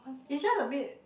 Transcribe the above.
it's just a bit